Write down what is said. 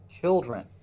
Children